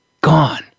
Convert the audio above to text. gone